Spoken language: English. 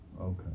okay